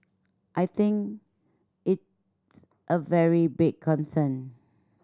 I think it's a very big concern